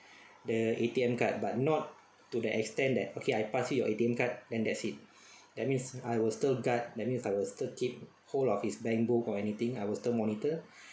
the A_T_M card but not to the extent that okay I pass you your A_T_M card then that's it that means I will still guard that means I will still keep hold of his bank book or anything I will still monitor